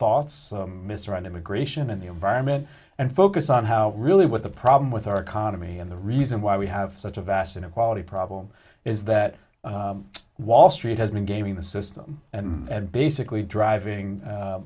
thoughts mr on immigration and the environment and focus on how really what the problem with our economy and the reason why we have such a vast inequality problem is that wall street has been gaming the system and basically driving